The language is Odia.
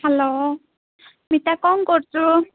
ହ୍ୟାଲୋ ସ୍ମିତା କ'ଣ କରୁଛୁ